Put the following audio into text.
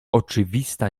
oczywista